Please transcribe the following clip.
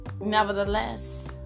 nevertheless